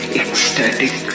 ecstatic